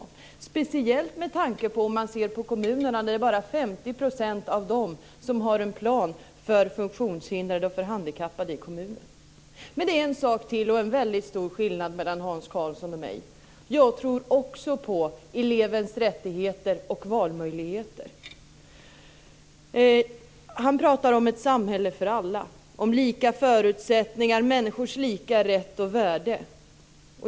Det gäller speciellt med tanke på att det bara är 50 % av kommunerna som har en plan för funktionshindrade och handikappade i kommunen. Men det finns en sak till - och en väldigt stor skillnad mellan Hans Karlsson och mig. Jag tror också på elevens rättigheter och valmöjligheter. Hans Karlsson pratar om ett samhälle för alla - om lika förutsättningar och människors lika rätt och värde.